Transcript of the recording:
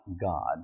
God